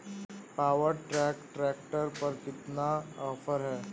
Power track tractor पर कितना offer है?